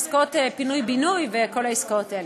ובעסקאות פינוי-בינוי ובכל העסקאות האלה.